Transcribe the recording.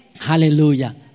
Hallelujah